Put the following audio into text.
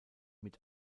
mit